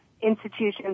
institutions